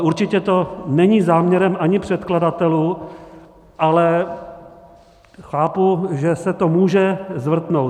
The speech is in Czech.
Určitě to není záměrem ani předkladatelů, ale chápu, že se to může zvrtnout.